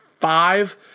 five